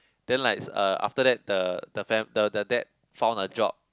then likes uh after that the the fam~ the the dad found a job